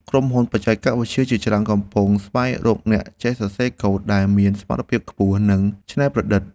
ក្រុមហ៊ុនបច្ចេកវិទ្យាជាច្រើនកំពុងស្វែងរកអ្នកចេះសរសេរកូដដែលមានសមត្ថភាពខ្ពស់ និងច្នៃប្រឌិត។